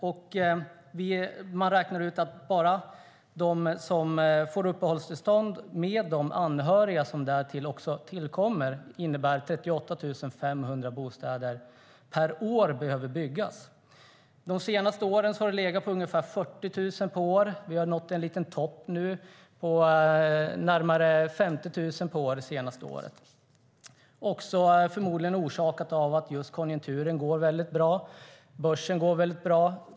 Man har räknat ut att med bara dem som får uppehållstillstånd och med de anhöriga som tillkommer innebär det att 38 500 bostäder per år behöver byggas. De senaste åren har det legat på ungefär 40 000 per år. Vi har nått en liten topp på närmare 50 000 det senaste året. Det är förmodligen orsakat av att konjunkturen är god. Börsen går bra.